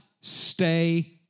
stay